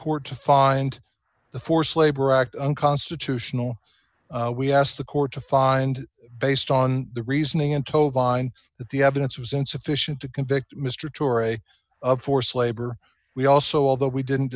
court to find the forced labor act unconstitutional we asked the court to find based on the reasoning in tovah mind that the evidence was insufficient to convict mr tour of forced labor we also although we didn't